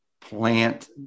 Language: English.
plant